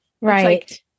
Right